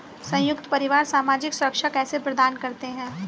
संयुक्त परिवार सामाजिक सुरक्षा कैसे प्रदान करते हैं?